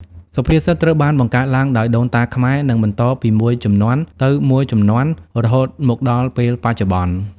សុភាសិតត្រូវបានបង្កើតឡើងដោយដូនតាខ្មែរ និងបន្តពីមួយជំនាន់ទៅមួយជំនាន់រហូតមកដល់ពេលបច្ចុប្បន្ន។